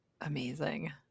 Amazing